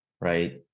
Right